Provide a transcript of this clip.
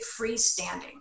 freestanding